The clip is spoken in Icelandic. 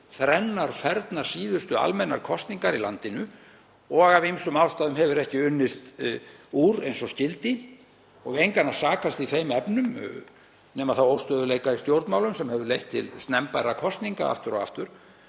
þrennar og fernar síðustu almennar kosningar í landinu. Af ýmsum ástæðum hefur ekki unnist úr því eins og skyldi og við engan að sakast í þeim efnum nema þá óstöðugleika í stjórnmálum sem hefur leitt til snemmbærra nýrra kosninga aftur og aftur.